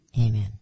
amen